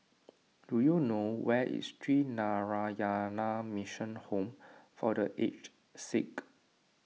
do you know where is Sree Narayana Mission Home for the Aged Sick